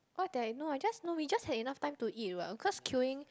what that I know I just know we just have the enough time to eat what of course queueing